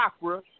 chakra